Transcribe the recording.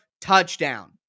TOUCHDOWN